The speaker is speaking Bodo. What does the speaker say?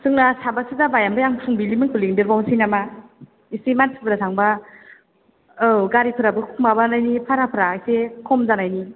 जोंना साबासो जाबाय ओमफ्राय आं फुंबिलिमोनखौ लिंदेरबावनोसै नामा एसे मानसिफोरा थांबा औ गारिफोराबो माबानायनि भाराफोरा एसे खम जानायनि